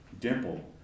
Dimple